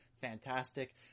fantastic